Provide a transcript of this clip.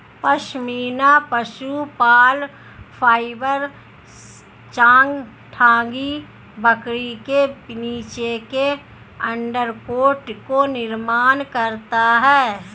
पश्मीना पशु बाल फाइबर चांगथांगी बकरी के नीचे के अंडरकोट का निर्माण करता है